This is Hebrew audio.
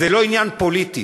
זה לא עניין פוליטי,